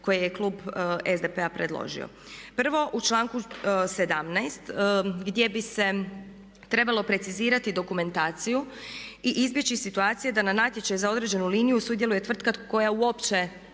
koje je klub SDP-a predložio. Prvo u članku 17. gdje bi se trebalo precizirati dokumentaciju i izbjeći situacije da na natječaj za određenu liniju sudjeluje tvrtka koja uopće